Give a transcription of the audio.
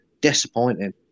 disappointing